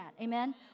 Amen